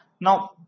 Now